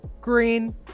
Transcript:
green